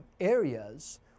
areas